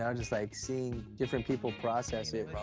um just, like, seeing different people process it.